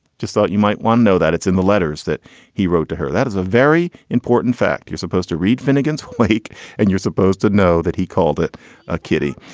just thought you might one know that it's in the letters that he wrote to her. that is a very important fact. you're supposed to read finnegans wake and you're supposed to know that he called it a kitty.